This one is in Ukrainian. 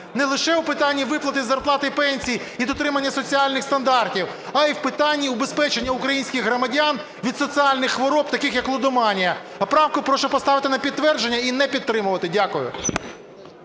не лише у питанні виплати зарплат і пенсій, і дотримання соціальних стандартів, а й в питанні убезпечення українських громадян від соціальних хвороб таких, як лудоманія. А правку прошу поставити на підтвердження і не підтримувати. Дякую.